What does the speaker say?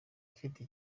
afite